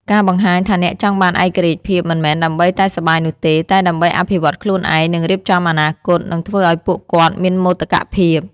ការបង្ហាញថាអ្នកចង់បានឯករាជ្យភាពមិនមែនដើម្បីតែសប្បាយនោះទេ តែដើម្បីអភិវឌ្ឍន៍ខ្លួនឯង និងរៀបចំអនាគត នឹងធ្វើឲ្យពួកគាត់មានមោទកភាព។